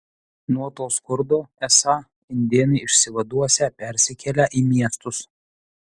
nuo to skurdo esą indėnai išsivaduosią persikėlę į miestus